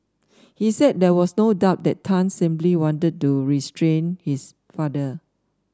he said there was no doubt that Tan simply wanted to restrain his father